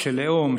שלאום,